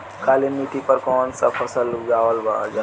काली मिट्टी पर कौन सा फ़सल उगावल जाला?